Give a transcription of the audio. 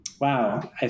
Wow